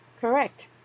Correct